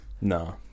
no